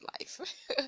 life